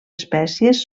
espècies